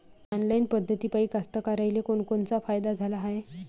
Online पद्धतीपायी कास्तकाराइले कोनकोनचा फायदा झाला हाये?